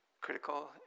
critical